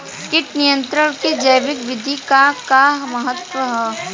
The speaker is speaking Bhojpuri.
कीट नियंत्रण क जैविक विधि क का महत्व ह?